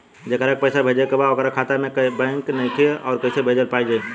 जेकरा के पैसा भेजे के बा ओकर खाता ए बैंक मे नईखे और कैसे पैसा भेजल जायी?